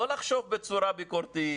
לא לחשוב בצורה ביקורתית,